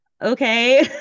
okay